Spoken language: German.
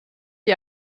die